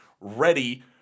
ready